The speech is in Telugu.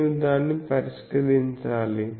నేను దాన్ని పరిష్కరించాలి